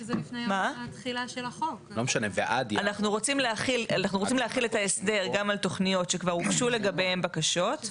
אנחנו רוצים להחיל את ההסדר גם על תוכניות שכבר הוגשו להם בקשות,